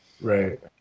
right